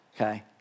okay